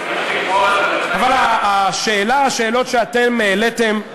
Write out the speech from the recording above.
אבל השאלה או השאלות שאתם העליתם,